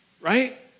Right